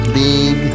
big